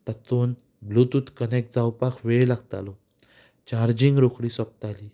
तातूंत bluetooth connect जावपाक वेळ लागतालो चार्जींग रोखडी सोंपताली